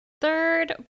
third